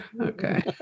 okay